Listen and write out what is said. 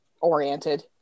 oriented